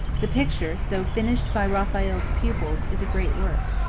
the picture, though finished by raphael's pupils, is a great work.